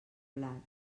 blat